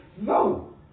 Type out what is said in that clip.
No